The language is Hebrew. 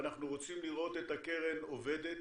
ואנחנו רוצים לראות את הקרן עובדת